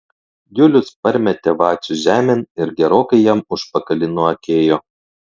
julius parmetė vacių žemėn ir gerokai jam užpakalį nuakėjo